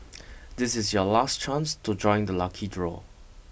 this is your last chance to join the lucky draw